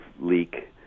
leak